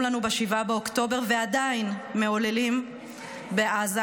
לנו ב-7 באוקטובר ועדיין מעוללים בעזה.